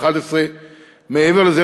2,711. מעבר לזה,